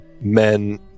men